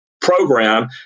program